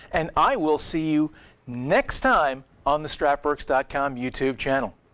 and i will see you next time on the strapworks dot com youtube channel.